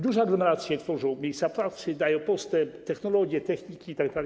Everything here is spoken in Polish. Duże aglomeracje tworzą miejsca pracy, niosą postęp, technologię, technikę itd.